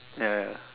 ya ya